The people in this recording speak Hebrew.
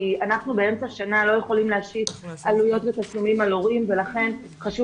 כי אנחנו לא יכולים באמצע שנה להשית תשלומים ועלויות על הורים ולכן חשוב